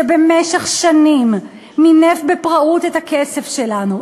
שבמשך שנים מינף בפראות את הכסף שלנו,